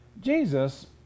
Jesus